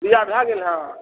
बीया भए गेल हइ